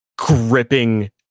gripping